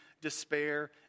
despair